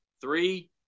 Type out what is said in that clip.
Three